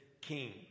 king